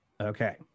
Okay